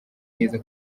neza